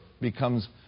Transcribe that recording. becomes